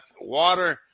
water